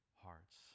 hearts